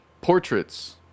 portraits